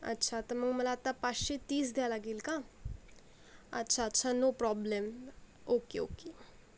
अच्छा तर मग मला आत्ता पाचशे तीस द्यावे लागेल का अच्छा अच्छा नो प्रॉब्लेम ओके ओके